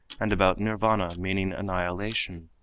and about nirvana meaning annihilation,